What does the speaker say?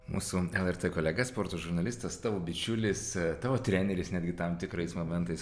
mūsų lrt kolega sporto žurnalistas tavo bičiulis tavo treneris netgi tam tikrais momentais